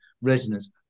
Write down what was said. resonance